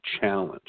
challenge